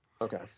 okay